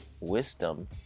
wisdom